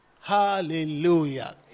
Hallelujah